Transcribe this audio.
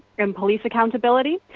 and police accountability.